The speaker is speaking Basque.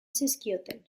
zizkioten